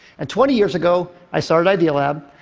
and twenty years ago, i started idealab,